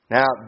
Now